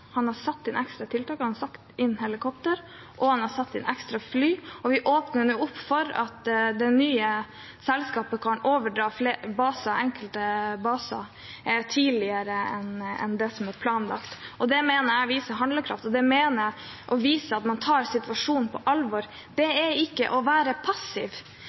han har satt inn ekstra tiltak, han har satt inn helikopter, og han har satt inn ekstra fly. Og vi åpner nå opp for at det nye selskapet kan overta enkelte baser tidligere enn det som er planlagt. Det mener jeg viser handlekraft, og det mener jeg er å vise at man tar situasjonen på alvor. Det er ikke å være passiv